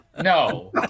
No